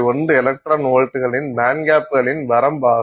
1 electron வோல்ட்டுகளின் பேண்ட்கேப்களின் வரம்பாகும்